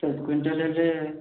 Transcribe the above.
ଦଶ କ୍ଵିଣ୍ଟାଲ୍ ହେଲେ